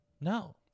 No